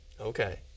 Okay